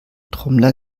trommler